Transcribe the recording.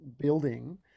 building